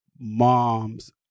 mom's